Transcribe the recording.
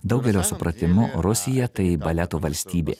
daugelio supratimu rusija tai baleto valstybė